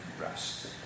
rest